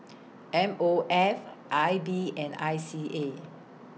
M O F I B and I C A